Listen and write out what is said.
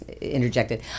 interjected